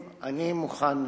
ואם השר רוצה להשיב, אני מוכן,